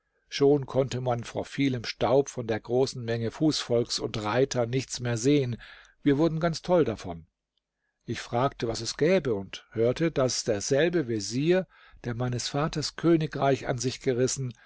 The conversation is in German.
schon konnte man vor vielem staub von der großen menge fußvolks und reiter nichts mehr sehen wir wurden ganz toll davon ich fragte was es gäbe und hörte das derselbe vezier der meines vaters königreich an sich gerissen